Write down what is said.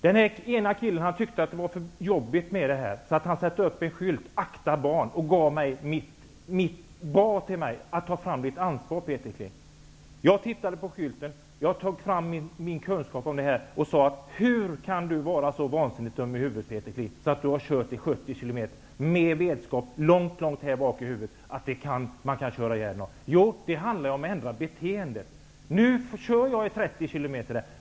En av gårdsägarna tyckte att det var för jobbigt och satte upp en skylt: Akta barn. Han bad mig att ta mitt ansvar. Jag tittade på skylten och sade: Hur kan du Peter Kling vara så vansinnigt dum att du har kört 70 km i timmen med vetskap någonstans i bakhuvudet om att du kan köra ihjäl någon? Det handlar om att ändra beteendet. Nu kör jag 30 km i timmen.